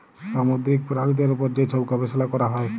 সামুদ্দিরিক পেরালিদের উপর যে ছব গবেষলা ক্যরা হ্যয়